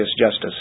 Justice